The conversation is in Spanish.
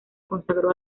consagró